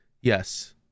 yes